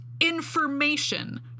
information